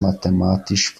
mathematisch